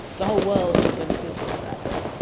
the whole world is going to feel the effects.